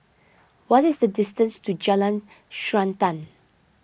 what is the distance to Jalan Srantan